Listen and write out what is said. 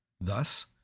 Thus